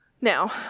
Now